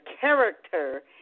character